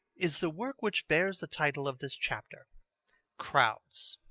is the work which bears the title of this chapter crowds.